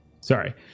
Sorry